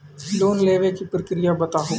Loan लेवे के प्रक्रिया बताहू?